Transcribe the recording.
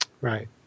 Right